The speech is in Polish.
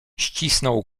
ścisnął